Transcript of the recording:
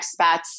expats